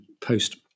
post